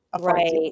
Right